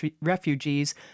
refugees